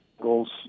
goals